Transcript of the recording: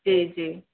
जी जी